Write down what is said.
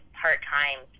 part-time